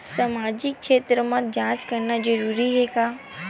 सामाजिक क्षेत्र म जांच करना जरूरी हे का?